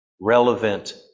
Relevant